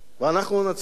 ואנחנו ננצח.